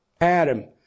Adam